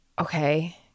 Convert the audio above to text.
Okay